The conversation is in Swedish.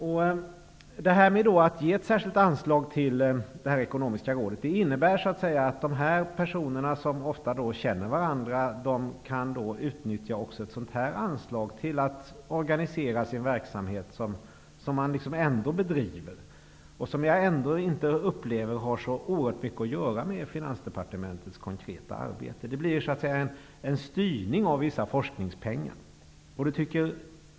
Att man ger ett särskilt anslag till detta ekonomiska råd innebär att dessa personer, som ofta känner varandra, kan utnyttja anslaget till att organisera sin verksamhet som man ändå bedriver och som jag upplever inte har så oerhört mycket att göra med Finansdepartementets konkreta arbete. Det blir en styrning av vissa forskningspengar.